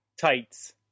tights